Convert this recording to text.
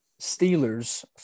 Steelers